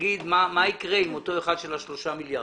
תגיד מה יקרה עם אותו אחד של ה-3 מיליארד.